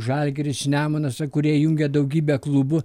žalgiris nemunas kurie jungia daugybę klubų